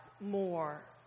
more